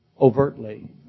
overtly